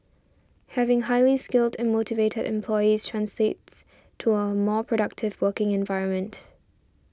having highly skilled and motivated employees translates to a more productive working environment